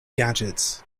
gadgets